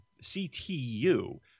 ctu